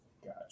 gotcha